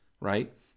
right